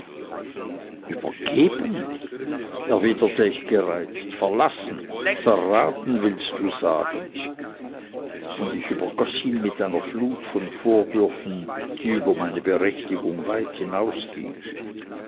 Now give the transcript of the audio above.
übergeben erwiderte ich gereizt verlassen verraten willst du sagen und ich übergoß ihn mit einer flut von vorwürfen die über meine berechtigung weit hinausgingen